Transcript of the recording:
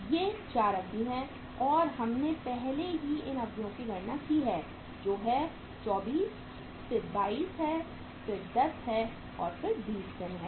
ये 4 अवधि हैं और हमने पहले ही इन अवधि की गणना करनी है जो है 24 फिर 22 है फिर 10 है और फिर 20 दिन है